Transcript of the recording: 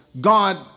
God